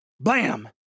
Blam